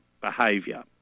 behaviour